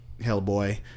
Hellboy